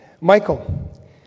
Michael